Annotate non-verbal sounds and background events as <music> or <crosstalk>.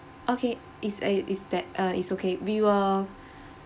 okay is a is that uh it's okay we will <breath>